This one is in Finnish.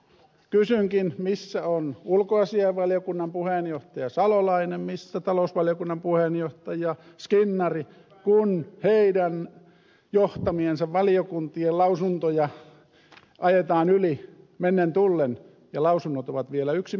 nyt kysynkin missä on ulkoasiainvaliokunnan puheenjohtaja salolainen missä talousvaliokunnan puheenjohtaja skinnari kun heidän johtamiensa valiokuntien lausuntoja ajetaan yli mennen tullen ja lausunnot ovat vielä yksimielisiä